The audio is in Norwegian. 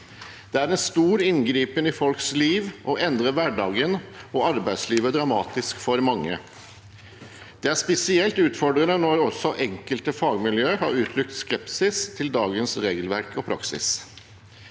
Det er en stor inngripen i folks liv og endrer hverdagen og arbeidslivet dramatisk for mange. Det er spesielt utfordrende når også enkelte fagmiljøer har uttrykt skepsis til dagens regelverk og praksis.